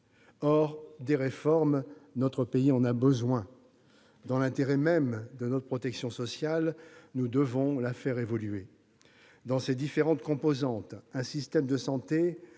à pire encore. Or notre pays a besoin de réformes. Dans l'intérêt même de notre protection sociale, nous devons la faire évoluer. Dans ses différentes composantes- un système de santé